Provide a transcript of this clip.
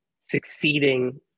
succeeding